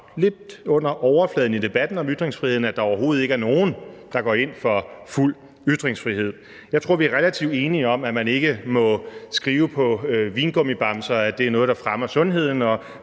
ned under overfladen på debatten om ytringsfriheden, at der overhovedet ikke er nogen, der går ind for fuld ytringsfrihed. Jeg tror, vi er relativt enige om, at man ikke må skrive på vingummibamser, at det er noget, der fremmer sundheden, og